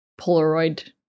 Polaroid